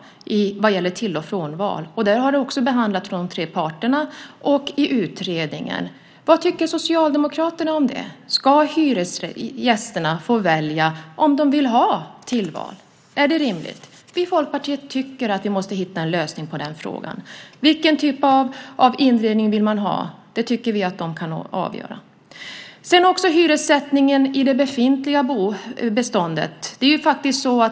Den har också behandlats av de tre parterna och i utredningen. Vad tycker Socialdemokraterna om det? Ska hyresgästerna få välja om de vill ha tillval? Är det rimligt? Vi i Folkpartiet tycker att vi måste hitta en lösning på den frågan. Vilken typ av inredning vill man ha? Det tycker vi att de kan avgöra. Sedan gäller det hyressättningen i det befintliga beståndet.